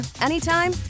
anytime